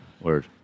Word